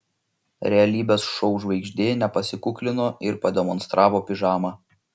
realybės šou žvaigždė nepasikuklino ir pademonstravo pižamą